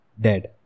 dead